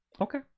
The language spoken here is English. okay